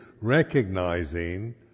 recognizing